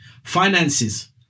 Finances